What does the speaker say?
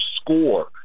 score